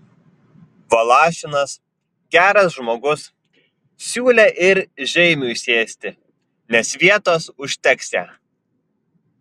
valašinas geras žmogus siūlė ir žeimiui sėsti nes vietos užteksią